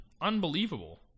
Unbelievable